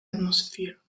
atmosphere